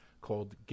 called